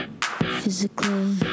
physically